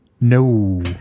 No